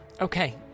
Okay